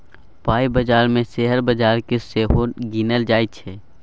पाइ बजार मे शेयर बजार केँ सेहो गिनल जाइ छै